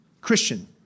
Christian